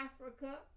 Africa